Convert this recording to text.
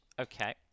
Okay